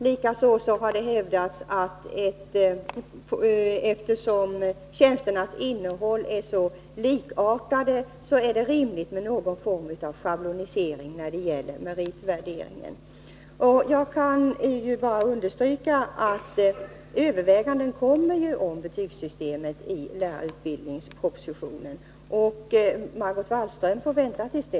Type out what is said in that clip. Det har också hävdats att det är rimligt med någon form av schablonmässig meritvärdering, eftersom tjänsternas innehåll är så likartat. Jag kan bara understryka att överväganden av skilda slag beträffande betygssystemet kommer att göras i lärarutbildningspropositionen. Margot Wallström får vänta till dess.